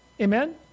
Amen